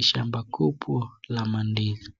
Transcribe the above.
Shamba kubwa la mandizi.